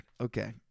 Okay